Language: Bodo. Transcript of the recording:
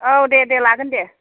औ दे दे लागोन दे